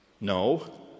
No